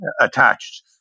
attached